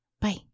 Bye